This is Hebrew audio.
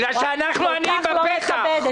בגלל שאנחנו עניים בפתח.